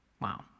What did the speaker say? Wow